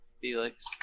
Felix